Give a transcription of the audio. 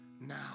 now